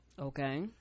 Okay